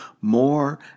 more